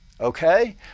okay